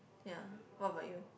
ya what about you